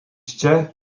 čia